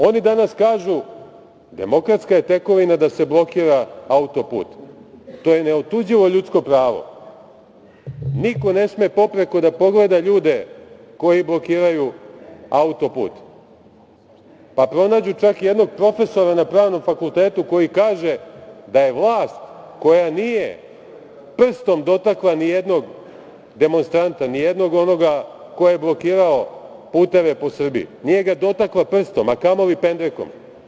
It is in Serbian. Oni danas kažu - demokratska je tekovina da se blokira autoput, to je neotuđivo ljudsko pravo, niko ne sme popreko da pogleda ljude koji blokiraju autoput, pa pronađu čak i jednog profesora na Pravnom fakultetu koji kaže da je vlast koja nije prstom dotakla nijednog demonstranta, nijednog onoga ko je blokirao puteve po Srbiji, nije ga dotakla prstom, a kamoli pendrekom.